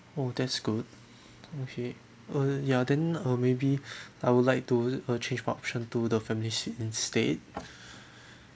oh that's good okay uh ya then uh maybe I would like to uh change option to the family suite instead